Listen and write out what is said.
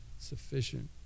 Sufficient